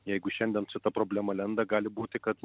jeigu šiandien čia ta problema lenda gali būti kad